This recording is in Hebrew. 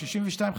55 62,